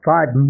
Five